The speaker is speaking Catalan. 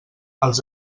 els